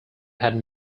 had